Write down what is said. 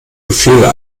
gefühle